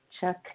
Chuck